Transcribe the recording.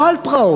לא על פרעות,